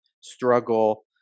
struggle